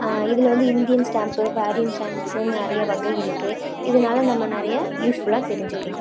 இதில் வந்து Indian stamp foreign stamps நிறைய வகை இருக்கு இதனால நம்ம நிறைய யூஸ்ஃபுல்லாக தெரிஞ்சுக்கலாம்